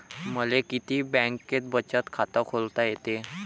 मले किती बँकेत बचत खात खोलता येते?